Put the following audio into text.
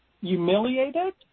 humiliated